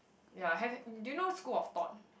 ya have h~ do you know School-of-Thought